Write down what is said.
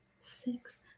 Six